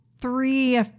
three